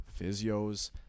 physios